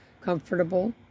comfortable